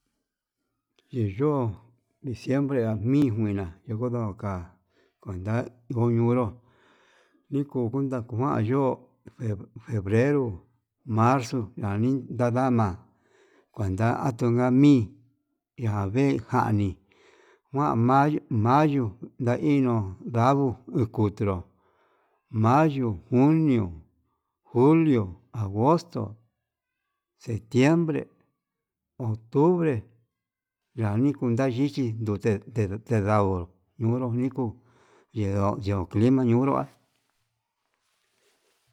Ye yo'ó diciembre amijuina kodoka cuenta, nguñunro iko kuenta kayuu yo'ó febrero, marzo, kanii ndadama kuenta atunga mi'í, iha vee janii kuan mayo ndaino anguu ukutunro mayo, junio, julio, agosto, septiembre, octubre yayi kuta ndichi ndute te tendauu nonro niuu yenró ye'u clima yundua.